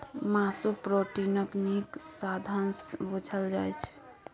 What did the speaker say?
मासु प्रोटीनक नीक साधंश बुझल जाइ छै